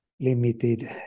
limited